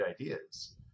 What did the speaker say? ideas